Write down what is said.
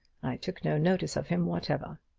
took no notice of him whatever.